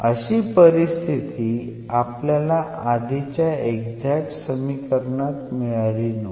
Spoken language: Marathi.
अशी परिस्थिती आपल्याला आधीच्या एक्झॅक्ट समीकरणात मिळाली नव्हती